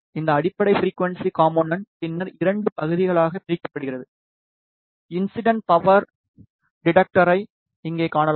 இந்த அடிப்படை frequency component பின்னர் 2 பகுதிகளாகப் பிரிக்கப்படுகிறது இன்சிடென்ட் பவர் டிடெக்டர்ரை இங்கே காணலாம்